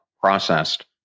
processed